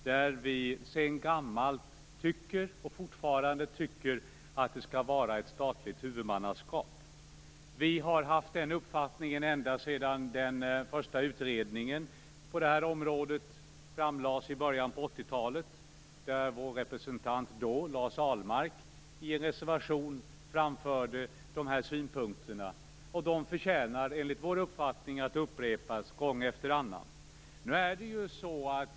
Vi har sedan gammalt tyckt, och tycker fortfarande, att det skall vara ett statligt huvudmannaskap. Vi har haft den uppfattningen ända sedan den första utredningen på det här området framlades i början av 80-talet. Vår representant, Lars Ahlmark, framförde då i en reservation de här synpunkterna, och de förtjänar enligt vår uppfattning att upprepas gång efter annan.